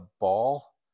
ball